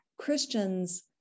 Christians